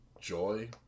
joy